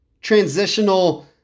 transitional